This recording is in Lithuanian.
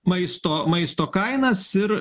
maisto maisto kainas ir